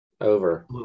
Over